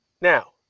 Now